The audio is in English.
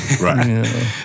Right